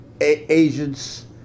agents